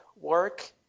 work